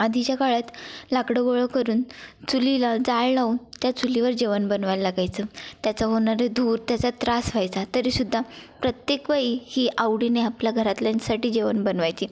आधीच्या काळात लाकडं गोळा करून चुलीला जाळ लावून त्या चुलीवर जेवण बनवायला लागायचं त्याचा होणारे धूर त्याचा त्रास व्हायचा तरी सुद्धा प्रत्येक बाई ही आवडीने आपल्या घरातल्यांसाठी जेवण बनवायची